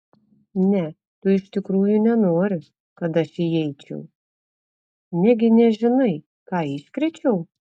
ne tu iš tikrųjų nenori kad aš įeičiau negi nežinai ką iškrėčiau